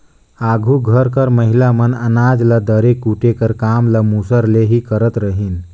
आघु घर कर महिला मन अनाज ल दरे कूटे कर काम ल मूसर ले ही करत रहिन